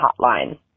hotline